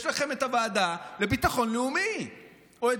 יש לכם את הוועדה לביטחון לאומי או את